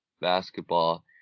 basketball